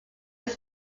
was